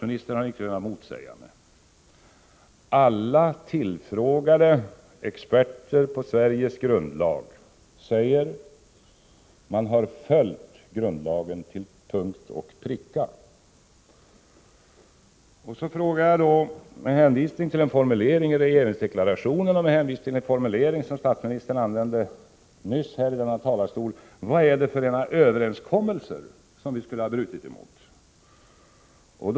.sministern har inte kunnat motsäga mig — att alla tillfrågade experter på Sveriges grundlag säger att grundlagen har följts till punkt och pricka. Så frågar jag då — med hänvisning till en formulering i regeringsdeklarationen och en formulering som statsministern använde nyss i denna talarstol — vad det är för överenskommelser som vi skulle ha brutit mot.